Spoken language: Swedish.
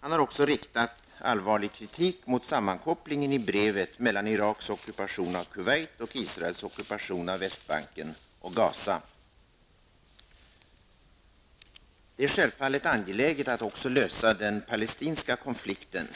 Han har även riktat allvarlig kritik mot sammankopplingen i brevet mellan Iraks ockupation av Kuwait och Det är självfallet angeläget att också lösa den palestinska konflikten.